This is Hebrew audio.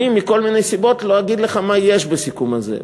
מכל מיני סיבות לא אגיד לך מה יש בסיכום הזה,